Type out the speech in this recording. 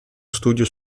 studio